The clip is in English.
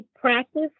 practice